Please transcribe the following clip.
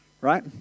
right